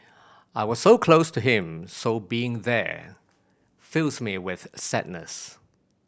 I was so close to him so being there fills me with sadness